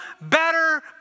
better